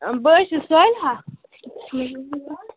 بہٕ حظ چھَس صالحَہ